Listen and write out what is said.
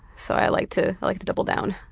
so i like to like to double down.